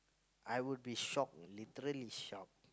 I would be shocked literally shocked